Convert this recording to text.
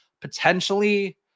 potentially